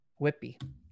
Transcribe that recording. Whippy